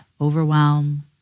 overwhelm